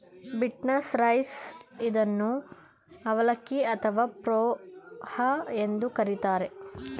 beaten rice ಇದನ್ನು ಅವಲಕ್ಕಿ ಅಥವಾ ಪೋಹ ಎಂದು ಕರಿತಾರೆ